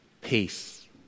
peace